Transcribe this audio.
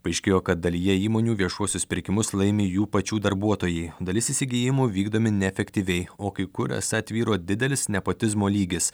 paaiškėjo kad dalyje įmonių viešuosius pirkimus laimi jų pačių darbuotojai dalis įsigijimų vykdomi neefektyviai o kai kur esą tvyro didelis nepotizmo lygis